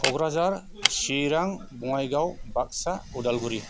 Kokrajhar Chirang Bongaigaon Baksa Udalguri